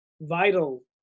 vital